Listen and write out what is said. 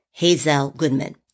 hazelgoodman